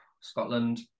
Scotland